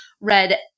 read